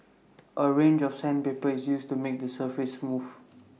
A range of sandpaper is used to make the surface smooth